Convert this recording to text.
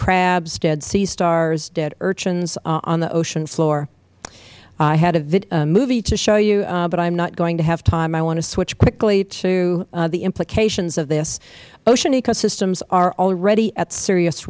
crabs dead sea stars dead urchins on the ocean floor i had a movie to show you but i am not going to have time i want to switch quickly to the implications of this ocean ecosystems are already at serious